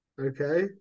Okay